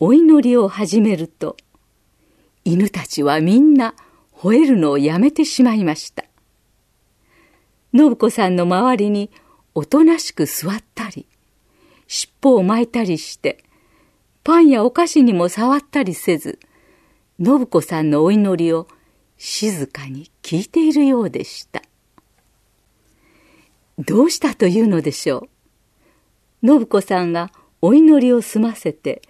お祈りを始めると、犬たちはみんな吠えるのをやめてしまいました。信子さんの周りにおとなしく座ったり、尻尾を巻いたりして、パンやお菓子にも触ったりせず、信子さんのお祈りを静かに聞いているようでした。どうしたというのでしょう。信子さんがお祈りを済ませて、